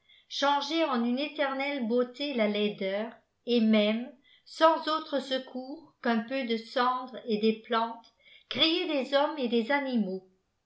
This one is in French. en une éternelle beajoté la laideur et même sans autre secours qu'un peu de cendre et des plantes créer des hommes et des animaux